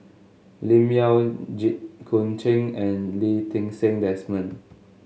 Lim Yau Jit Koon Ch'ng and Lee Ti Seng Desmond